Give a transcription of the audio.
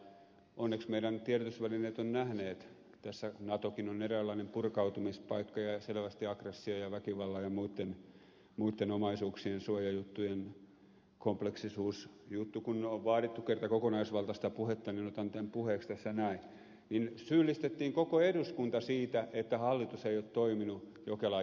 onneksi meidän tiedotusvälineet ovat nähneet tässä kun natokin on eräänlainen purkautumispaikka ja selvästi aggression ja väkivallan ja muitten omaisuuksien suojajuttujen kompleksisuusjuttu kun on vaadittu kerta kokonaisvaltaista puhetta niin otan tämän puheeksi tässä näin niin syyllistettiin koko eduskunta siitä että hallitus ei ole toiminut jokelan jälkeen